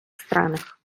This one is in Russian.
странах